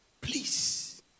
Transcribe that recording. Please